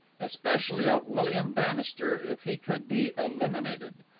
especially of william bannister, if he could be eliminated.